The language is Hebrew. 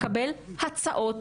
לקבל הצעות,